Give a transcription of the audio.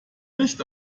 nicht